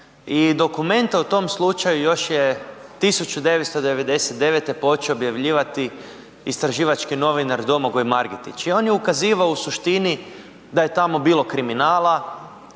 dokumente u tom slučaju još je 1999. počeo objavljivati istraživački novinar Domagoj Margetić. I on je ukazivao u suštini da je tamo bilo kriminala,